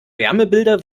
wärmebilder